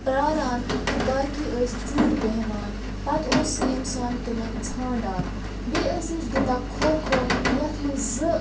پرٛاران تہٕ باقی ٲسۍ ژوٗرِ بیٚہوان پَتہٕ اوس سُہ اِنسان تِمَن ژھانڈان بیٚیہِ ٲسۍ أسۍ گِنٛدان کھوٚ کھوٚ یَتھ منٛز زٕ